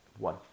one